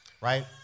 right